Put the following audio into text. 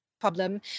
problem